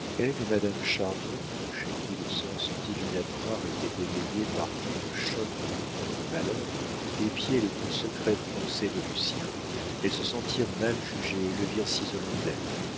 et madame chardon chez qui le sens divinatoire était éveillé par tant de chocs et tant de malheurs épiaient les plus secrètes pensées de lucien elles se sentirent mal jugées et le virent s'isolant d'elles